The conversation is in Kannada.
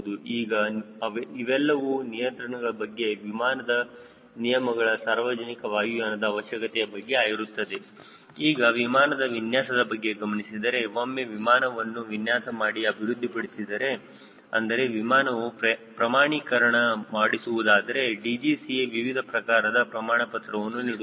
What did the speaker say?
ಈಗ ಇವೆಲ್ಲವೂ ನಿಯಂತ್ರಣಗಳ ಬಗ್ಗೆ ವಿಮಾನದ ನಿಯಮಗಳ ಸಾರ್ವಜನಿಕ ವಾಯುಯಾನದ ಅವಶ್ಯಕತೆಯ ಬಗ್ಗೆ ಆಗಿರುತ್ತದೆ ಈಗ ವಿಮಾನದ ವಿನ್ಯಾಸದ ಬಗ್ಗೆ ಗಮನಿಸಿದರೆ ಒಮ್ಮೆ ವಿಮಾನವನ್ನು ವಿನ್ಯಾಸ ಮಾಡಿ ಅಭಿವೃದ್ಧಿಪಡಿಸಿದರೆ ಅಂದರೆ ವಿಮಾನವು ಪ್ರಮಾಣೀಕರಣ ಮಾಡಿಸುವುದಾದರೆ DGCA ವಿವಿಧ ಪ್ರಕಾರದ ಪ್ರಮಾಣಪತ್ರವನ್ನು ನೀಡುತ್ತದೆ